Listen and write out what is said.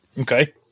Okay